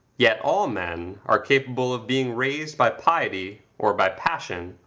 yet all men are capable of being raised by piety or by passion,